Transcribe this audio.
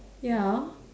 ya